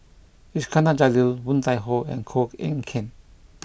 Iskandar Jalil Woon Tai Ho and Koh Eng Kian